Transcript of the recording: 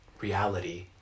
reality